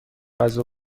غذا